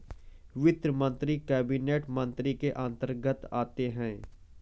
वित्त मंत्री कैबिनेट मंत्री के अंतर्गत आते है